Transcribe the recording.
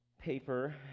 paper